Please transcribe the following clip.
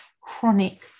chronic